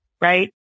right